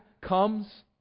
comes